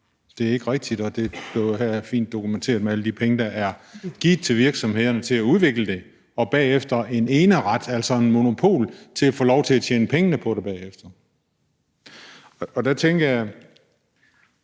Det er ikke rigtigt, og det blev jo her fint dokumenteret med alle de penge, der er givet til virksomhederne til at udvikle det, og bagefter en eneret, altså et monopol, til at få lov til at tjene pengene på det bagefter. Der tænker jeg: